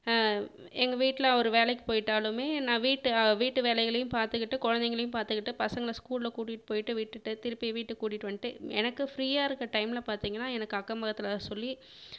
எங்கள் வீட்டில் அவர் வேலைக்கு போயிட்டாலுமே நான் வீட்டு வீட்டு வேலைகளையும் பார்த்துக்கிட்டு குழந்தைகளையும் பார்த்துக்கிட்டு பசங்களை ஸ்கூலில் கூட்டிகிட்டு போய்ட்டு விட்டுவிட்டு திரும்பி வீட்டுக்கு கூட்டிகிட்டு வந்துட்டு எனக்கு ஃப்ரீயாக இருக்க டைமில் பார்த்தீங்கன்னா எனக்கு அக்கம் பக்கத்தில் சொல்லி